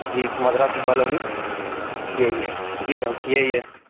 जी Madrasi colony यही है जी मैम यही है